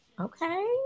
Okay